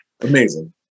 amazing